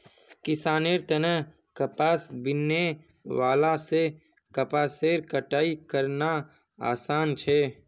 किसानेर तने कपास बीनने वाला से कपासेर कटाई करना आसान छे